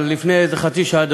אבל לפני איזה חצי שעה,